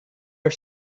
are